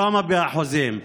כמה, באחוזים?